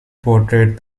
portrait